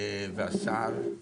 והשר.